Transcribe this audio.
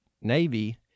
Navy